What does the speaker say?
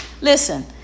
Listen